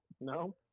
No